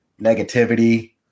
negativity